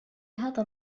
هذا